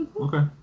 Okay